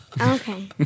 Okay